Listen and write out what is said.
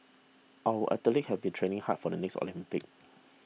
our athlete have been training hard for the next Olympics